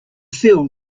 feel